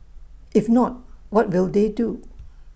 if not what will they do